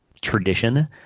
tradition